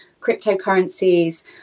cryptocurrencies